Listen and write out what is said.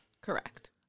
Correct